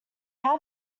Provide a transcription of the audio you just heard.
have